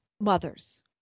mothers